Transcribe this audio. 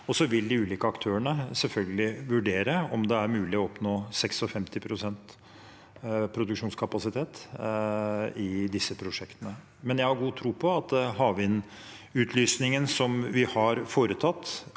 og så vil de ulike aktørene selvfølgelig vurdere om det er mulig å oppnå 56 pst. produksjonskapasitet i disse prosjektene. Jeg har god tro på at havvindutlysningen som vi har foretatt,